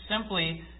simply